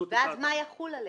ואז מה יחול עליהם?